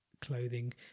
clothing